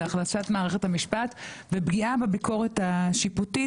החלשת מערכת המשפט ופגיעה בביקורת השיפוטית,